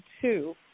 two